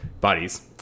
bodies